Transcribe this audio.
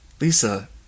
Lisa